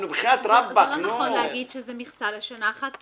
לא נכון להגיד שזה מכסה לשנה אחת,